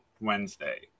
wednesday